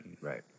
Right